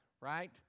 right